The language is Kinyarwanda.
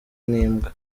n’imbwa